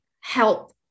help